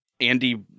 Andy